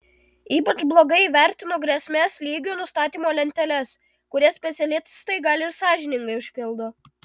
ypač blogai vertinu grėsmės lygių nustatymo lenteles kurias specialistai gal ir sąžiningai užpildo